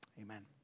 Amen